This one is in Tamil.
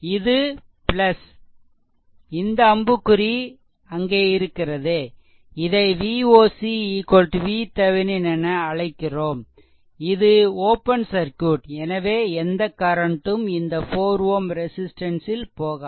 இது இந்த அம்புக்குறி அங்கே இருக்கிறது இதை Voc VThevenin என அழைக்கிறோம் இது ஓப்பன் சர்க்யூட் எனவே எந்த கரண்ட்டும் இந்த 4 Ω ரெசிஸ்ட்டன்ஸ்ல் போகாது